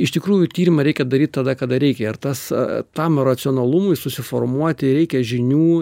iš tikrųjų tyrimą reikia daryt tada kada reikia ir tas tam racionalumui susiformuoti reikia žinių